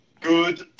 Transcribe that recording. Good